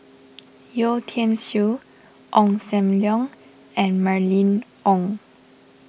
Yeo Tiam Siew Ong Sam Leong and Mylene Ong